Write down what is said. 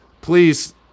please